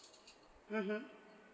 mmhmm